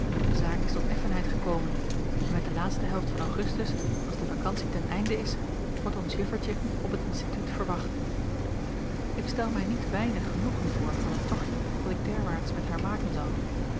de zaak is tot effenheid gekomen en met de laatste helft van augustus als de vakantie ten einde is wordt ons juffertje op het instituut verwacht ik stel mij niet weinig genoegen voor van het tochtje dat ik derwaarts met haar maken zal